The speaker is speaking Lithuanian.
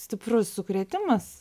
stiprus sukrėtimas